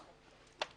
בבקשה.